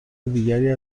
دیگری